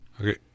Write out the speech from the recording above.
Okay